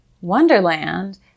Wonderland